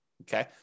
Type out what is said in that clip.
Okay